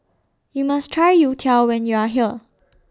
YOU must Try Youtiao when YOU Are here